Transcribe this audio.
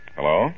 Hello